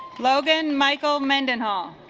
logan michael mendenhall